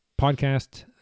podcast